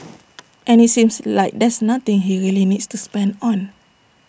and IT seems like there's nothing he really needs to spend on